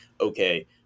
okay